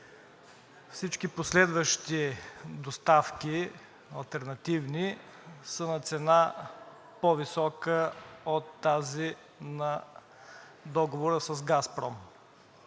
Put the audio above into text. Всички последващи доставки, алтернативни, са на цена, по-висока от тази на договора с „Газпром“.